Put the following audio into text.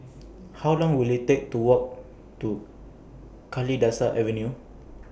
How Long Will IT Take to Walk to Kalidasa Avenue